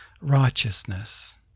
righteousness